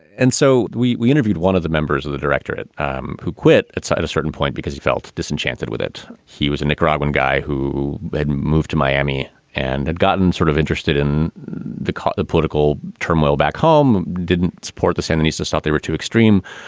and so we we interviewed one of the members of the directorate um who quit outside a certain point because he felt disenchanted with it. he was a nicaraguan guy who had moved to miami and had gotten sort of interested in the political turmoil back home, didn't support the sandinistas, thought they were too extreme.